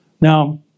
Now